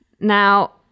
Now